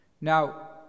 Now